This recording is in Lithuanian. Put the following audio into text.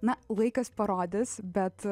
na laikas parodys bet